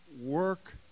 work